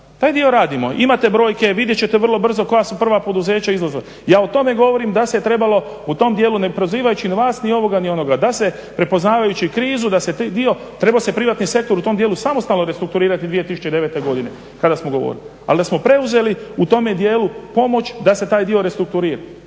taj dio radimo. Imate brojke vidjet ćete vrlo brzo koja su prva poduzeća izlazila. Ja o tome govorim da se trebalo u tom dijelu ne prozivajući vas ni ovoga ni onoga, da se prepoznavajući krizu da se trebao privatni sektor u tom dijelu samostalno restrukturirati 2009.godine kada smo govorili ali da smo preuzeli u tome dijelu pomoć da se taj dio restrukturira.